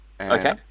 Okay